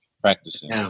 practicing